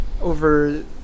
over